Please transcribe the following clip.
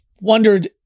wondered